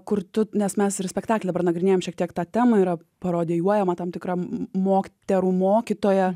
kurtų nes mes ir spektaklyje panagrinėjome šiek tiek tą temą yra parodijuojama tam tikram moterų mokytoja